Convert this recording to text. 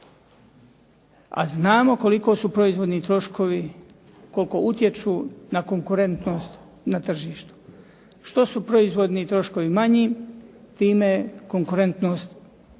a znamo koliko su proizvodni troškovi, koliko utječu na konkurentnost na tržištu. Što su proizvodni troškovi manji time je konkurentnost veća